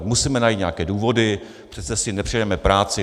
Musíme najít nějaké důvody, přece si nepřiděláme práci.